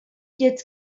jetzt